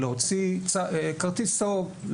להוציא כרטיס צהוב,